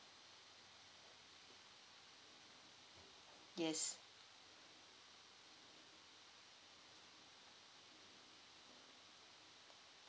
yes